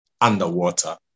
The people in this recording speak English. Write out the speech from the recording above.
underwater